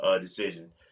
decision